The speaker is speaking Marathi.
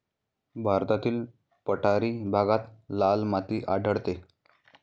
भारतातील पठारी भागात लाल माती आढळते